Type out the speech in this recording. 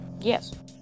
Yes